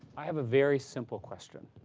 i have a very simple question.